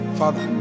father